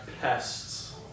pests